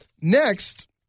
next